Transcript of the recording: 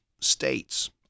states